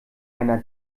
einen